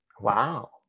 Wow